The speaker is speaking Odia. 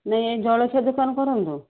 ନେ ଜଳଖିଆ ଦୋକାନ କରନ୍ତୁ